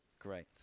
Great